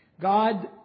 God